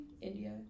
India